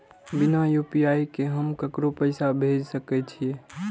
बिना यू.पी.आई के हम ककरो पैसा भेज सके छिए?